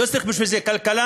לא צריך בשביל זה כלכלן,